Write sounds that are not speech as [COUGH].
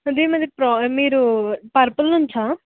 [UNINTELLIGIBLE] మీరు పర్పుల్ నుంచా